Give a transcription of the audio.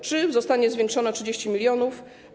Czy zostanie zwiększony o 30 mln?